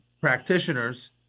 practitioners